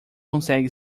consegue